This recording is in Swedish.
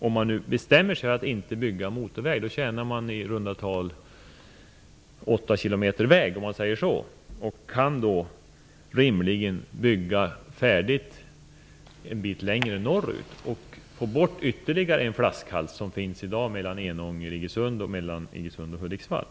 Om man bestämmer sig för att inte bygga motorväg tjänar man i runda tal 8 km väg. Då kan man rimligen bygga färdigt en bit längre norrut och få bort ytterligare en flaskhals - mellan Enånger och Iggesund och mellan Iggesund och Hudiksvall.